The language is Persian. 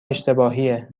اشتباهیه